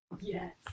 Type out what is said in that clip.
Yes